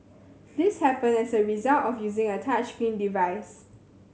this happened as a result of using a touchscreen device